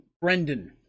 brendan